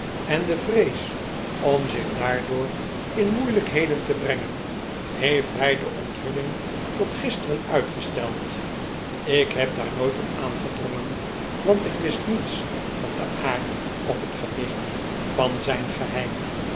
en de vrees om zich daardoor in moeilijkheden te brengen heeft hij de onthulling tot gisteren uitgesteld ik heb daar nooit op aangedrongen want ik wist niets van den aard of het gewicht van zijn geheim